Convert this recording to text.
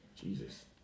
Jesus